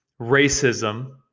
racism